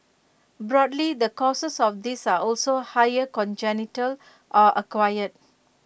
broadly the causes of this are also higher congenital or acquired